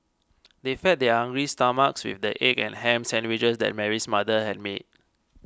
they fed their hungry stomachs with the egg and ham sandwiches that Mary's mother had made